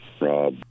Rob